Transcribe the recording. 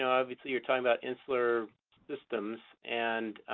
obviously, you're talking about insular systems. and